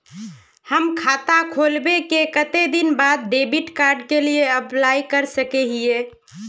हम खाता खोलबे के कते दिन बाद डेबिड कार्ड के लिए अप्लाई कर सके हिये?